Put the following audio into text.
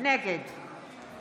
נגד יאיר לפיד, אינו